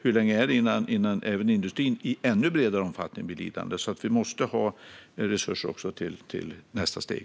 Hur länge dröjer det innan industrin i ännu bredare omfattning blir lidande? Vi måste ha resurser även till nästa steg.